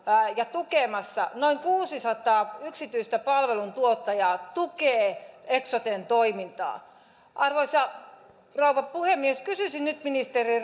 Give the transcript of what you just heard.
on noin kuusisataa yksityistä palveluntuottajaa tukemassa eksoten toimintaa arvoisa rouva puhemies kysyisin nyt ministeri